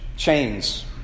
Chains